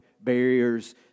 barriers